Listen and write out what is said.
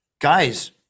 guys